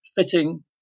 fitting